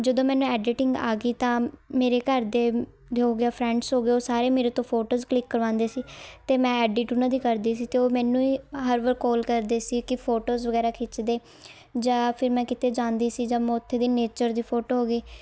ਜਦੋਂ ਮੈਨੂੰ ਐਡੀਟਿੰਗ ਆ ਗਈ ਤਾਂ ਮੇਰੇ ਘਰਦੇ ਹੋ ਗਿਆ ਫਰੈਂਡਸ ਹੋ ਗਏ ਉਹ ਸਾਰੇ ਮੇਰੇ ਤੋਂ ਫੋਟੋਸ ਕਲਿੱਕ ਕਰਵਾਉਂਦੇ ਸੀ ਅਤੇ ਮੈਂ ਐਡਿਟ ਉਹਨਾਂ ਦੀ ਕਰਦੀ ਸੀ ਅਤੇ ਉਹ ਮੈਨੂੰ ਹੀ ਹਰ ਵਾਰ ਕੋਲ ਕਰਦੇ ਸੀ ਕੀ ਫੋਟੋਸ ਵਗੈਰਾ ਖਿੱਚ ਦੇ ਜਾਂ ਫਿਰ ਮੈਂ ਕਿਤੇ ਜਾਂਦੀ ਸੀ ਜਾਂ ਮੈਂ ਉੱਥੇ ਦੀ ਨੇਚਰ ਦੀ ਫੋਟੋ ਹੋ ਗਈ